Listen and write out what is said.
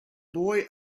boy